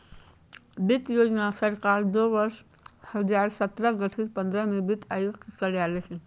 वित्त योजना सरकार वर्ष दो हजार सत्रह गठित पंद्रह में वित्त आयोग के कार्यकाल हइ